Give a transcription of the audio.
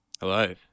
Hello